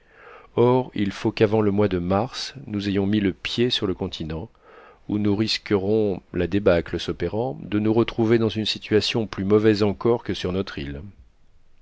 or il faut qu'avant le mois de mars nous ayons mis le pied sur le continent ou nous risquerons la débâcle s'opérant de nous retrouver dans une situation plus mauvaise encore que sur notre île